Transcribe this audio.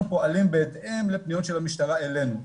פועלים בהתאם לפניות של המשטרה אלינו.